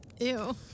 Ew